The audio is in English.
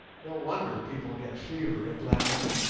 no wonder people get fever at lamu.